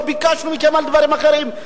לא ביקשנו מכם דברים אחרים.